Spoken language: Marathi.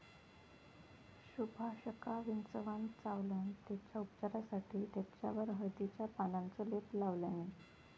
सुभाषका विंचवान चावल्यान तेच्या उपचारासाठी तेच्यावर हळदीच्या पानांचो लेप लावल्यानी